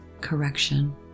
correction